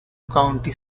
county